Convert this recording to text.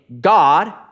God